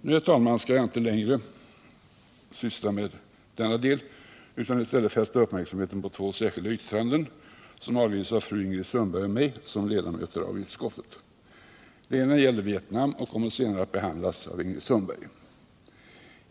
Nu, herr talman, skall jag inte längre syssla med denna del utan i stället fästa uppmärksamheten på två särskilda yttranden, som avgivits av Ingrid Sundberg och mig som ledamöter av utskottet. Det ena gäller Vietnam och kommer senare att behandlas av Ingrid Sundberg.